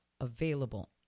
available